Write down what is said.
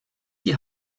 die